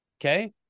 Okay